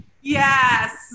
Yes